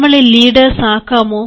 നമ്മളെ ലീഡേഴ്സ് ആക്കാമോ